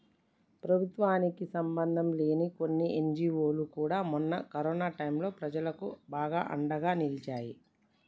ప్రభుత్వానికి సంబంధంలేని కొన్ని ఎన్జీవోలు కూడా మొన్న కరోనా టైంలో ప్రజలకు బాగా అండగా నిలిచాయి